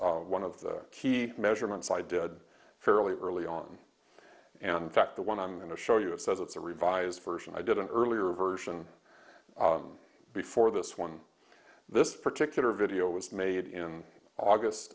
was one of the key measurements i did fairly early on and fact the one i'm going to show you it says it's a revised version i did an earlier version before this one this particular video was made in august